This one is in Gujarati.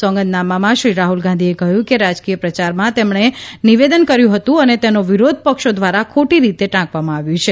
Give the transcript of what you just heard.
સોગંદનામામાં શ્રી રાહલ ગાંધીએ કહ્યું કે રાજકીય પ્રચારમાં તેમક્ષે નિવેદન કર્યું હતું અને તેનો વિરોધપક્ષો દ્વારા ખોટી રીતે ટાંકવામાં આવ્યું છે